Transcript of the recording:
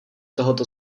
tohoto